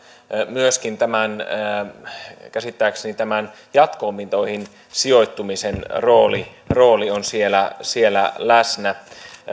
myöskin käsittääkseni tämän jatko opintoihin sijoittumisen rooli rooli on siellä siellä läsnä